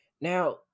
Now